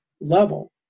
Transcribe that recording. level